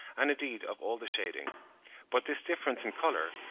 and indeed of all the shading but this difference in colour,